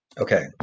Okay